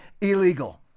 illegal